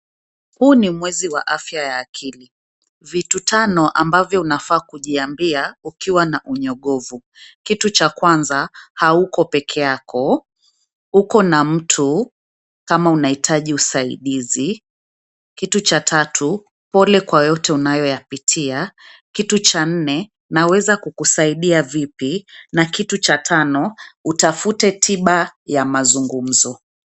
Huu ni mwezi wa afya ya akili. Vitu tano ambavyo unafaa kujiambia ukiwa na unyongofu. Kitu cha kwanza hauko peke yako, uko na mtu kama unahitaji usaidizi. Kitu cha tatu, pole kwa yote unaoyapitia. Kitu cha nne, naweza kukusaidia vipi na kitu cha tano utafute tiba ya mazungumzo.